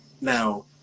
now